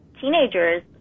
teenagers